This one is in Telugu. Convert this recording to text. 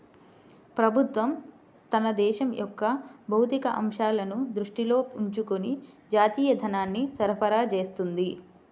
ప్రభుత్వం తన దేశం యొక్క భౌతిక అంశాలను దృష్టిలో ఉంచుకొని జాతీయ ధనాన్ని సరఫరా చేస్తుంది